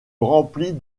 remplit